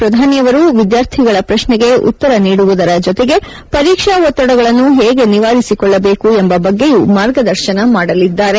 ಪ್ರಧಾನಿಯವರು ವಿದ್ಯಾರ್ಥಿಗಳ ಪ್ರಶ್ನೆಗೆ ಉತ್ತರ ನೀಡುವುದರ ಜೊತೆಗೆ ಪರೀಕ್ಷಾ ಒತ್ತಡಗಳನ್ನು ಹೇಗೆ ನಿವಾರಿಸಿಕೊಳ್ಳಬೇಕು ಎಂಬ ಬಗ್ಗೆಯೂ ಮಾರ್ಗದರ್ಶನ ಮಾಡಲಿದ್ದಾರೆ